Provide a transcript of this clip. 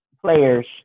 players